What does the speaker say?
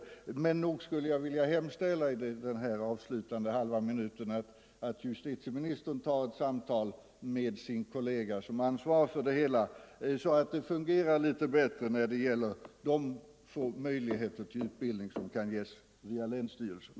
Under denna sista halva minut av min tid skulle jag vilja hemställa till justitieministern att han tar ett samtal med den kollega som har ansvaret för detta så att han ser till att det fungerar litet bättre när det gäller möjligheterna till den utbildning som kan ges via länsstyrelsen.